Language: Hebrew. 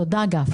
תודה גפני.